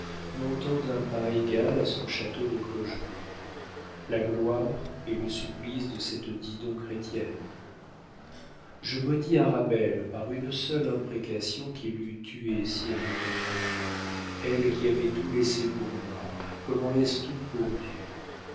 montant d'un pas égal à son château de clochegourde la gloire et le supplice de cette didon chrétienne je maudis arabelle par une seule imprécation qui l'eût tuée si elle l'eût entendue elle qui avait tout laissé pour moi comme on laisse tout pour dieu